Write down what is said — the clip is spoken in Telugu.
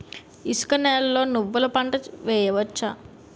ఇసుక నేలలో నువ్వుల పంట వేయవచ్చా?